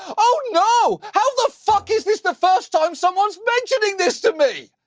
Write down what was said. oh, no! how the fuck is this the first time someone's mentioning this to me!